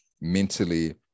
mentally